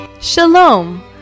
Shalom